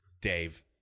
Dave